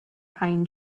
pine